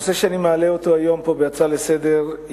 הנושא שאני מעלה היום פה בהצעה לסדר-היום,